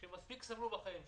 שמספיק סבלו בחיים שלהם.